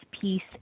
peace